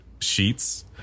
Sheets